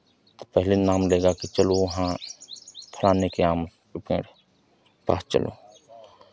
पहले नाम लेगा कि चलो वहाँ फलाने के आम के पेड़ के पास चलो